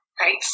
right